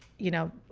you know,